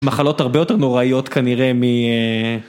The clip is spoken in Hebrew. מחלות הרבה יותר נוראיות כנראה מ...